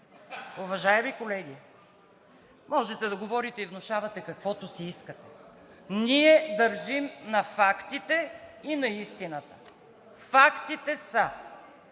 Уважаеми колеги, можете да говорите и внушавате каквото си искате. Ние държим на фактите и на истината. Фактите са,